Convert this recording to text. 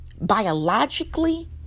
biologically